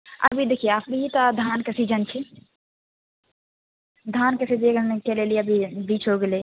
अभी देखियै अभी तऽ धानके सीजन छै धानके सीजनके लेल अभी बीच हो गेलै